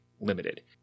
Limited